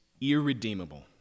irredeemable